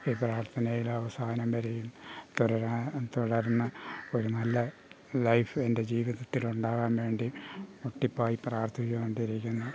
ഈ പ്രാർത്ഥനയിൽ അവസാനം വരെയും തുടരാൻ തുടർന്ന് ഒരു നല്ല ലൈഫ് എൻ്റെ ജീവിതത്തിൽ ഉണ്ടാവാൻ വേണ്ടി മുട്ടിപ്പായി പ്രാർത്ഥിച്ചു കൊണ്ടിരിക്കുന്നു